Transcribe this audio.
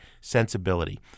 sensibility